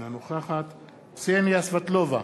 אינה נוכחת קסניה סבטלובה,